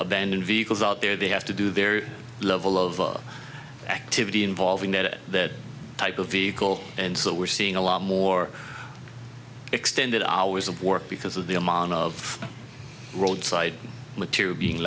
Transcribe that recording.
abandoned vehicles out there they have to do their level of activity involving that type of vehicle and so we're seeing a lot more extended hours of work because of the amount of roadside material being